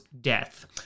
death